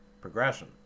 progression